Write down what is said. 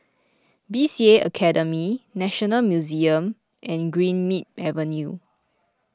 B C A Academy National Museum and Greenmead Avenue